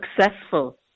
successful